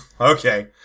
Okay